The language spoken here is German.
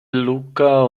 luca